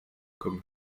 comme